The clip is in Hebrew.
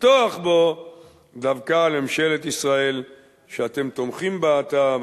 לפתוח בו דווקא על ממשלת ישראל שאתם תומכים בה עתה,